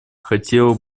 хотела